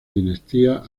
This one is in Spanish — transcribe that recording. dinastía